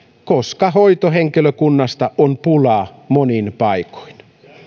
koska hoitohenkilökunnasta on pulaa monin paikoin